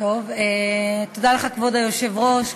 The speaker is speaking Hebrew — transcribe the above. כבוד היושב-ראש,